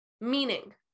meaning